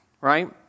right